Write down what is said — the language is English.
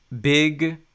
big